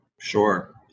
Sure